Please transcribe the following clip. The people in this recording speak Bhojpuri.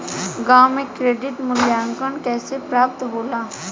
गांवों में क्रेडिट मूल्यांकन कैसे प्राप्त होला?